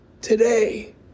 Today